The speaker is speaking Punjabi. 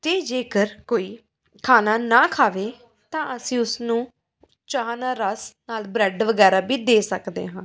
ਅਤੇ ਜੇਕਰ ਕੋਈ ਖਾਣਾ ਨਾ ਖਾਵੇ ਤਾਂ ਅਸੀਂ ਉਸਨੂੰ ਚਾਹ ਨਾਲ ਰਸ ਨਾਲ ਬ੍ਰੈਡ ਵਗੈਰਾ ਵੀ ਦੇ ਸਕਦੇ ਹਾਂ